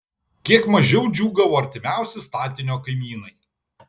kiek mažiau džiūgavo artimiausi statinio kaimynai